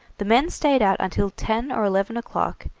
the men stayed out until ten or eleven o'clock,